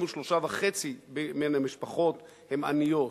53.5% מן המשפחות הן עניות.